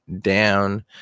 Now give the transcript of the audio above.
down